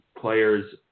players